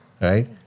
Right